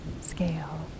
scale